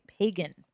pagan